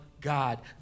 God